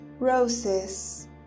Roses